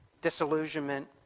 disillusionment